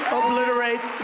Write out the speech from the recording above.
obliterate